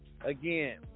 again